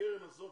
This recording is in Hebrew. הקרן הזאת,